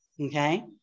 okay